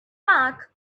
mark